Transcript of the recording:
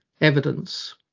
evidence